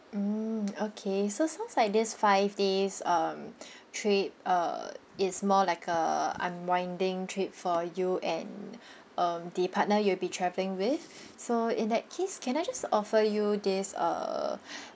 mm okay so sounds like this five days um trip uh it's more like a unwinding trip for you and um the partner you'll be travelling with so in that case can I just offer you this uh